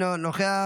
אינו נוכח.